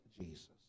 Jesus